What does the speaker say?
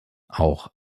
auch